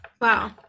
Wow